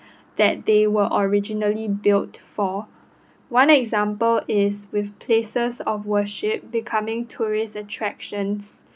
that they were originally built for one example is with places of worship becoming tourist attractions